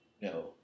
no